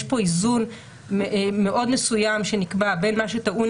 יש פה איזון מאוד מסוים שנקבע בין מה שטעון